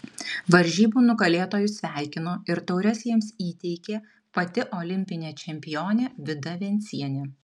varžybų nugalėtojus sveikino ir taures jiems įteikė pati olimpinė čempionė vida vencienė